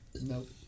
nope